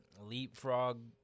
leapfrog